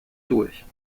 durch